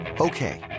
Okay